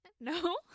No